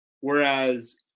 Whereas